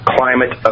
Climate